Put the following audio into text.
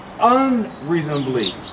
Unreasonably